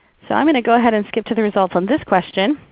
so i'm going to go ahead and skip to the results on this question.